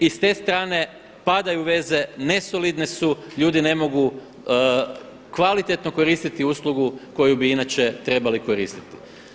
I s te strane padaju veze, nesolidne su, ljudi ne mogu kvalitetno koristiti uslugu koju bi inače trebali koristiti.